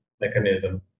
mechanism